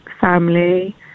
family